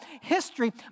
history